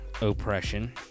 oppression